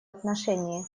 отношении